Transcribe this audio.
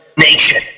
nation